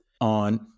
on